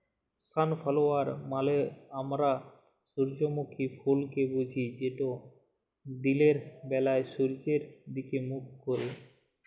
sunflower মালে আমরা সূজ্জমুখী ফুলকে বুঝি যেট দিলের ব্যালায় সূয্যের দিগে মুখ ক্যারে